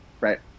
right